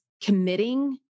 committing